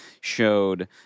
showed